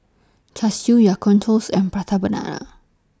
Char Siu Ya Kun Toast and Prata Banana